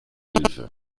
hilfe